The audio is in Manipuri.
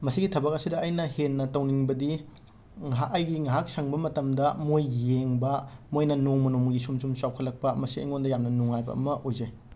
ꯃꯁꯤꯒꯤ ꯊꯕꯛ ꯑꯁꯤꯗ ꯑꯩꯅ ꯍꯦꯟꯅ ꯇꯧꯅꯤꯡꯕꯗꯤ ꯉꯍꯥꯛ ꯑꯩꯒꯤ ꯉꯍꯥꯛ ꯁꯪꯕ ꯃꯇꯝꯗ ꯃꯣꯏ ꯌꯦꯡꯕ ꯃꯣꯏꯅ ꯅꯣꯡꯃ ꯅꯣꯡꯃꯒꯤ ꯁꯨꯝ ꯁꯨꯝ ꯆꯥꯎꯈꯠꯂꯛꯄ ꯃꯁꯤ ꯑꯩꯉꯣꯟꯗ ꯌꯥꯝꯅ ꯅꯨꯡꯉꯥꯏꯕ ꯑꯃ ꯑꯣꯏꯖꯩ